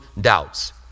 doubts